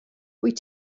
wyt